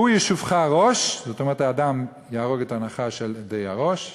הוא ישופך ראש" זאת אומרת שהאדם יהרוג את הנחש בראש,